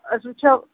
أسۍ وٕچھو